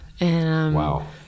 Wow